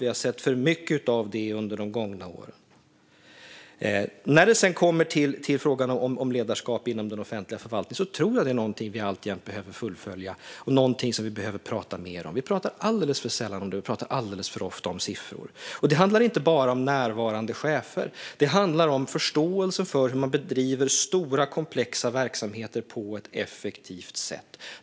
Vi har sett för mycket av det under de gångna åren. När det kommer till frågan om ledarskap inom den offentliga förvaltningen tror jag att det är någonting vi alltjämt behöver fullfölja och prata mer om. Vi pratar alldeles för sällan om det, och vi pratar alldeles för ofta om siffror. Det handlar inte bara om närvarande chefer; det handlar om förståelse för hur man bedriver stora, komplexa verksamheter på ett effektivt sätt.